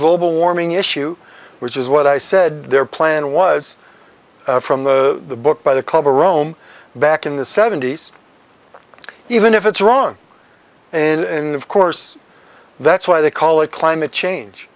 global warming issue which is what i said their plan was from the book by the cover rome back in the seventy's even if it's wrong in of course that's why they call it climate change